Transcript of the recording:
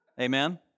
Amen